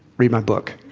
read my book.